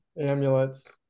Amulets